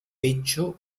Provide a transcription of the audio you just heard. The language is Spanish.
pecho